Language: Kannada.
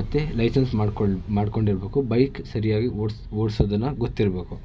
ಮತ್ತೆ ಲೈಸೆನ್ಸ್ ಮಾಡ್ಕೊಂಡು ಮಾಡ್ಕೊಂಡಿರಬೇಕು ಬೈಕ್ ಸರಿಯಾಗಿ ಓಡ್ಸಿ ಓಡ್ಸೋದನ್ನು ಗೊತ್ತಿರಬೇಕು